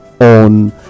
on